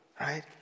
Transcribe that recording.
right